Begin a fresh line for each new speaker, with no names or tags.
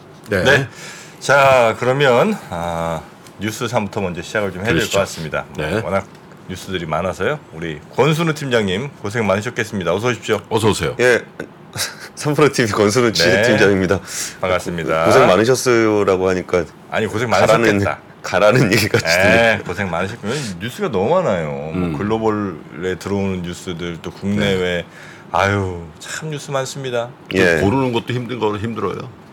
네.
네. 자, 그러면, 아, 뉴스 삼부터 먼저 시작을 좀 해야 될 것
그러시죠.
같습니다.
네.
워낙 뉴스들이 많아서요. 우리 권순우 팀장님, 고생 많으셨겠습니다. 어서 오십시오.
어서 오세요.
예. 삼프로 TV 권순우
네.
씨 팀장입니다.
반갑습니다.
고- 고생 많으셨어요라고 하니까
아니, 고생
가라는-
많으셨겠다.
가라는 얘기 같은데.
예, 고생 많으셨군요. 뉴스가 너무 많아요. 뭐
음.
글로벌에 들어오는 뉴스들, 또 국내외.
네.
아유, 참 뉴스 많습니다.
예.
좀 고르는 것도 힘든 걸, 힘들어요.